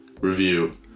review